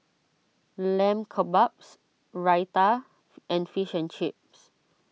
Lamb Kebabs Raita and Fish and Chips